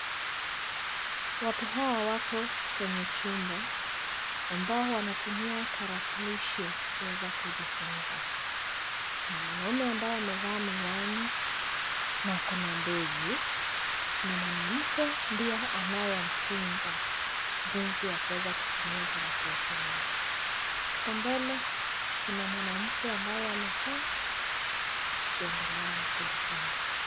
Watu hawa wako kwenye chumba, ambao wanatumia tarakilishi kuweza kujifunza, na mwanamume ambaye amevaa miwani, na ako na ndevu, na mwanamke ndiye anayemfunza, jinsi ya kuweza kutumia tarakilishi lake. Hapo mbele, kuna mwanamke ambaye amekaa, akiendelea na kujifunza.